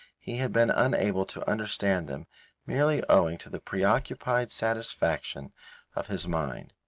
he had been unable to understand them merely owing to the preoccupied satisfaction of his mind.